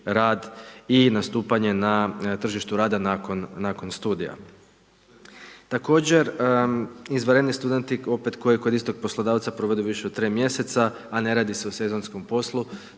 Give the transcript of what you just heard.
i nastupanje na tržištu rada nakon studija. Također, izvanredni studenti opet koji kod istog poslodavca provode više od tri mjeseca, a ne radi se o sezonskom poslu